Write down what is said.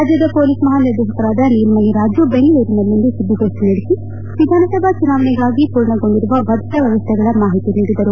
ರಾಜ್ಯದ ಪೊಲೀಸ್ ಮಹಾನಿರ್ದೇಶಕರಾದ ನೀಲಮಣಿ ರಾಜು ಬೆಂಗಳೂರಿನಲ್ಲಿಂದು ಸುದ್ದಿಗೋಷ್ಠಿ ನಡೆಸಿ ವಿಧಾನಸಭಾ ಚುನಾವಣೆಗಾಗಿ ಪೂರ್ಣಗೊಂಡಿರುವ ಭದ್ರತಾ ವ್ವವಸ್ಥೆಗಳ ಮಾಹಿತಿ ನೀಡಿದರು